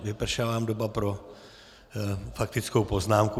Vypršela vám doba pro faktickou poznámku.